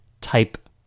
type